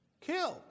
killed